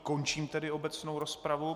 Končím tedy obecnou rozpravu.